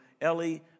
Ellie